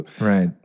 Right